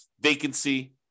vacancy